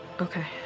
Okay